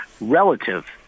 relative